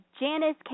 Janice